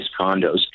condos